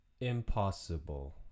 impossible